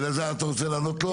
אלעזר, אתה רוצה לענות לו?